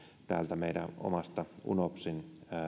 täältä meidän omasta unopsin